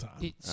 time